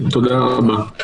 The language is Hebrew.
תודה רבה.